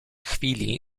chwili